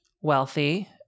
wealthy